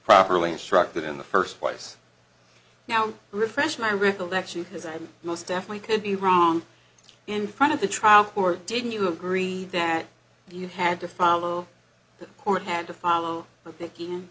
properly instructed in the first place now refresh my recollection because i'm most definitely could be wrong in front of the trial court didn't you agree that you had to follow the court had to follow